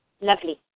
lovely